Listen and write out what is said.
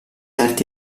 arti